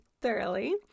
thoroughly